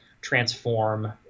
transform